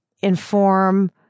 inform